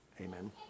amen